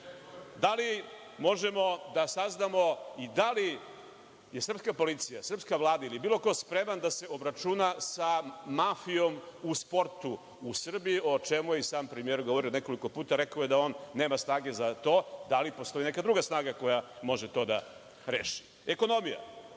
li možemo da saznamo i da li je srpska policija, srpska Vlada ili bilo ko spreman da se obračunam sa mafijom u sportu u Srbiji o čemu je i sam premijer govorio nekoliko puta, rekao je da on nema snage za to, da li postoji neka druga snaga koja može to da reši? Ekonomija?